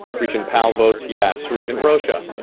regent powell votes yes. regent rosha?